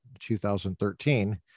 2013